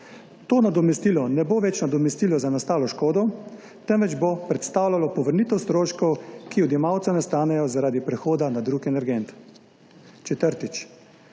To nadomestilo ne bo več nadomestilo za nastalo škodo, temveč bo predstavljalo povrnitev stroškov, ki odjemalcem nastanejo zaradi prehoda na drug energent. Četrtič,